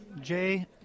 Jay